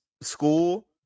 school